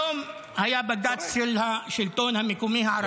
היום היה בג"ץ של השלטון המקומי הערבי,